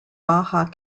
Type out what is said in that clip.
baja